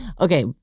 Okay